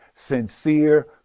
sincere